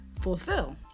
fulfill